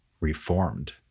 reformed